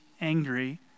angry